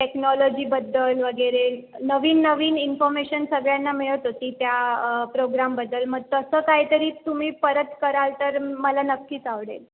टेक्नॉलॉजीबद्दल वगैरे नवीन नवीन इन्फॉर्मेशन सगळ्यांना मिळत होती त्या प्रोग्रामबद्दल मग तसं कायतरी तुम्ही परत कराल तर मला नक्कीच आवडेल